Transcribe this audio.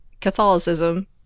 catholicism